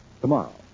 tomorrow